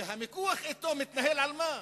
והמיקוח אתו מתנהל על מה?